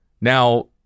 Now